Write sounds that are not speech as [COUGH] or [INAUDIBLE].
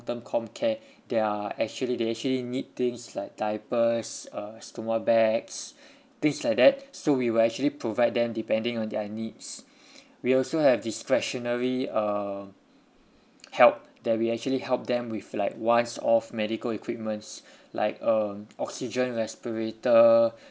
term comcare they are actually they actually need things like diapers uh stoma bags things like that so we will actually provide them depending on their needs we also have discretionary uh [NOISE] help that we actually help them with like one off medical equipment like um oxygen respirator